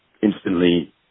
instantly